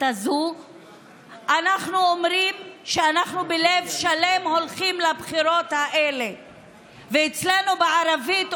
הזו שאנחנו הולכים אליה מגיעה אלינו בגלל שנאות,